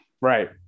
Right